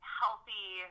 healthy